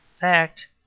fact